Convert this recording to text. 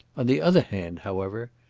on the other hand, however,